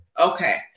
Okay